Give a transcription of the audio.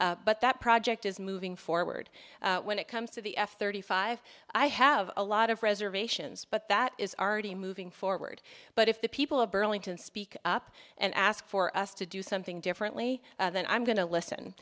reservations but that project is moving forward when it comes to the f thirty five i have a lot of reservations but that is already moving forward but if the people of burlington speak up and ask for us to do something differently then i'm going to listen